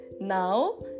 now